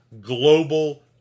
Global